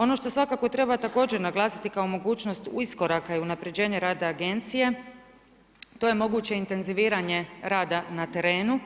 Ono što svakako treba također naglasiti kao mogućnost iskoraka i unapređenja rada agencija, to je moguće intenziviranje rada na terenu,